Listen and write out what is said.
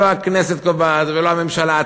לא הכנסת קובעת ולא הממשלה,